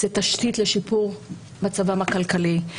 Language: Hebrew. זה תשתית לשיפור מצבם הכלכלי,